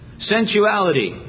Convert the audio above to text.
Sensuality